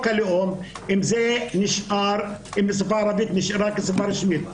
הלאום אם השפה הערבית הייתה נשארת שפה רשמית.